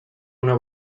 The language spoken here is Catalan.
una